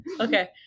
Okay